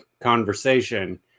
conversation